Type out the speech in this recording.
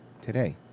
today